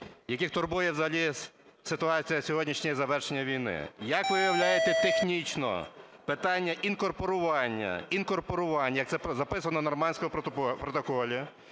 яких турбує взагалі ситуація сьогоднішня з завершенням війни, як ви уявляєте технічно питання інкорпорування, як це записано в нормандському протоколі,